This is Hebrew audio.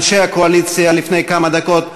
אנשי הקואליציה לפני כמה דקות,